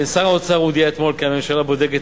שר האוצר הודיע אתמול כי הממשלה בודקת